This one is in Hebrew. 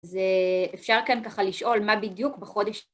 אפשר כן ככה לשאול מה בדיוק בחודש.